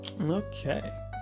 Okay